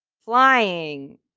flying